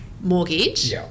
mortgage